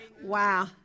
Wow